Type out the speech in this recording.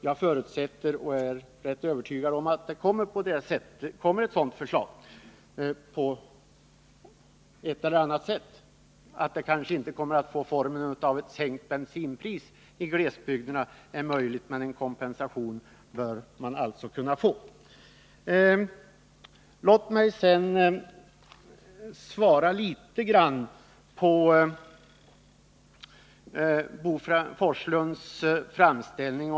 Jag förutsätter — och jag är rätt övertygad om det också — att det kommer ett sådant förslag. Det är möjligt att det inte får formen av sänkt bensinpris i glesbygderna, men en kompensation bör befolkningen där ändå kunna få. Jag vill sedan svara på Bo Forslunds framställning.